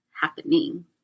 happening